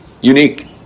unique